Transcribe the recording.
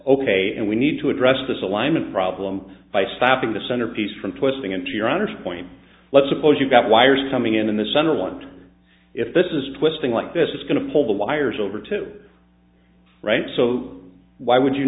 ok and we need to address this alignment problem by stopping the centerpiece from twisting into your honor's point let's suppose you've got wires coming in the center one if this is twisting like this is going to pull the wires over to right so why would you